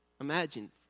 Imagine